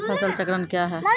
फसल चक्रण कया हैं?